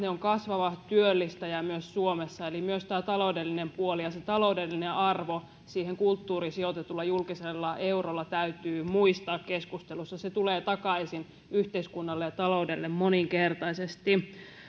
ovat kasvava työllistäjä myös suomessa eli myös tämä taloudellinen puoli ja se taloudellinen arvo siihen kulttuuriin sijoitetulla julkisella eurolla täytyy muistaa keskustelussa se tulee takaisin yhteiskunnalle ja taloudelle moninkertaisesti